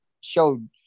showed